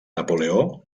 napoleó